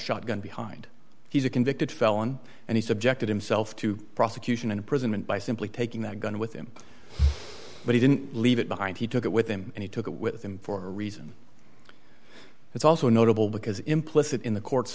shotgun behind he's a convicted felon and he subjected himself to prosecution and prison and by simply taking that gun with him but he didn't leave it behind he took it with him and he took it with him for a reason it's also notable because implicit in the court